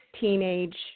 teenage